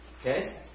Okay